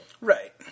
Right